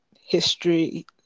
history